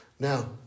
Now